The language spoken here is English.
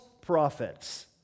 prophets